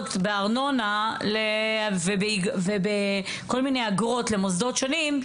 הנחות בארנונה וכל מיני אגרות למוסדות שונים,